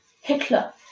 Hitler